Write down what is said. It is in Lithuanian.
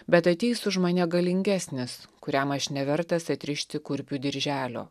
bet ateis už mane galingesnis kuriam aš nevertas atrišti kurpių dirželio